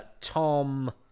Tom